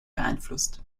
beeinflusst